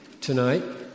tonight